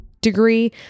degree